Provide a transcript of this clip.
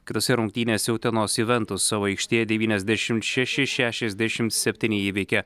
kitose rungtynėse utenos juventus savo aikštėje devyniasdešimt šeši šešiasdešimt septyni įveikė